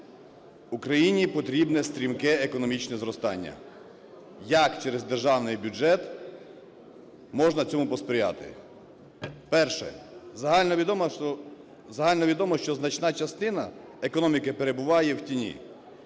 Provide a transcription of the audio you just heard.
Україні потрібне стрімке економічне зростання, як через державний бюджет можна цьому посприяти? Перше. Загальновідомо, що значна частина економіки перебуває в тіні.